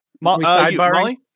Molly